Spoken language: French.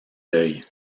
d’œil